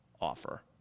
offer